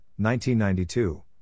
1992